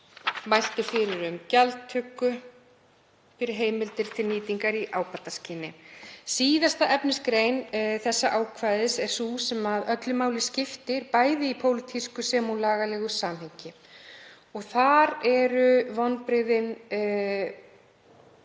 kveða á um gjaldtöku fyrir heimildir til nýtingar í ábataskyni.“ Síðasta efnisgrein þessa ákvæðis er sú sem öllu máli skiptir, bæði í pólitísku og lagalegu samhengi. Þar eru vonbrigðin